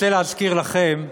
רוצה להזכיר לכם,